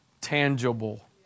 tangible